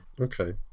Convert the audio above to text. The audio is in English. Okay